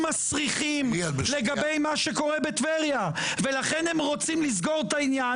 מסריחים לגבי מה שקורה בטבריה ולכן הם רוצים לסגור את העניין